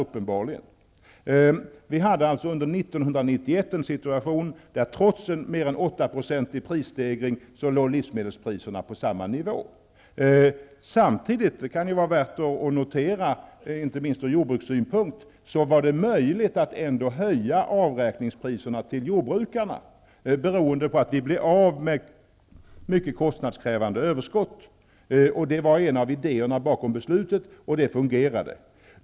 Vi hade under 1991 en situation där livsmedelspriserna trots en mer än 8 Samtidigt kan det vara värt att notera, inte minst ur jordbrukssynpunkt, att det ändå var möjligt att höja jordbrukarnas avräkningspriser, beroende på att vi blev av med mycket kostnadskrävande överskott. Det var en av idéerna bakom beslutet, och det fungerade.